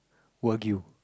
wagyu